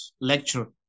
lecture